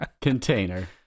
container